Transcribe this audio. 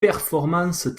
performances